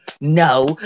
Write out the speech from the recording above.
No